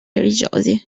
religiosi